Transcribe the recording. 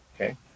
Okay